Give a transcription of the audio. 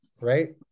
right